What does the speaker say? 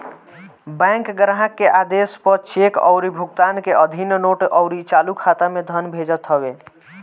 bank ग्राहक के आदेश पअ चेक अउरी भुगतान के अधीन नोट अउरी चालू खाता में धन भेजत हवे